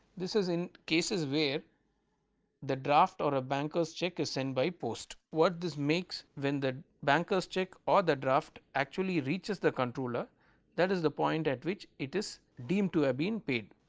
this is in cases where the draft or a banker's cheque is sent by post what this makes when the banker's cheque or the draught actually reaches the controller that is the point at which it is deemed to have been paid.